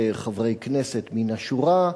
וחברי כנסת מן השורה,